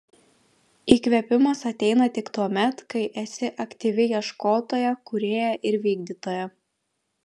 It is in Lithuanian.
įkvėpimas ateina tik tuomet kai esi aktyvi ieškotoja kūrėja ir vykdytoja